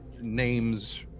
names